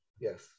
Yes